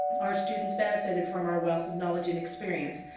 our students benefited from our wealth of knowledge and experience.